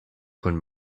kun